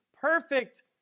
perfect